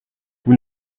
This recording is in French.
vous